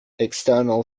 external